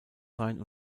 sein